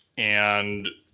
and